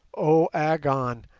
oh, agon,